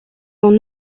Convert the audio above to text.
son